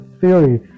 theory